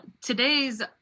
today's